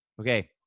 Okay